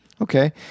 Okay